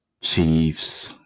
Chiefs